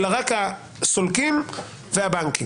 אלא רק הסולקים והבנקים